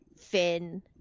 Finn